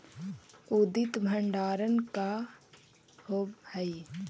उचित भंडारण का होव हइ?